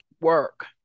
work